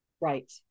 Right